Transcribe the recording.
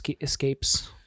escapes